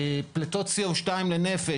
פליטות CO2 לנפש.